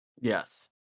Yes